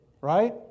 right